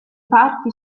parti